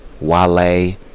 Wale